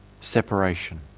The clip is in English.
separation